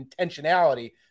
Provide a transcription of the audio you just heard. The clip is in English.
intentionality